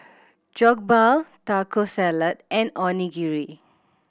Jokbal Taco Salad and Onigiri